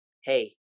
hey